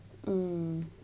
mm